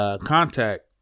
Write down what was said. contact